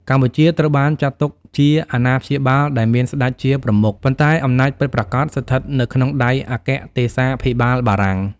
កម្ពុជាត្រូវបានចាត់ទុកជា អាណាព្យាបាល ដែលមានស្ដេចជាប្រមុខ ប៉ុន្តែអំណាចពិតប្រាកដស្ថិតនៅក្នុងដៃអគ្គទេសាភិបាលបារាំង។